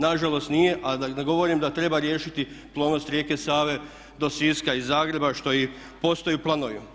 Na žalost nije, a da ne govorim da treba riješiti plovnost rijeke Save do Siska i Zagreba što i postoji u planovima.